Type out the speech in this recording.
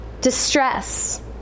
distress